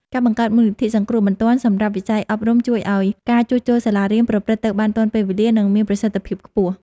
ការបង្កើតមូលនិធិសង្គ្រោះបន្ទាន់សម្រាប់វិស័យអប់រំ ជួយឱ្យការជួសជុលសាលារៀនប្រព្រឹត្តទៅបានទាន់ពេលវេលា និងមានប្រសិទ្ធភាពខ្ពស់។